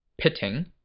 pitting